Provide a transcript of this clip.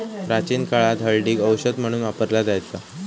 प्राचीन काळात हळदीक औषध म्हणून वापरला जायचा